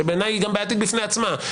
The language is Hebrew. שבעיניי היא גם בעייתית בפני עצמה,